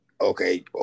okay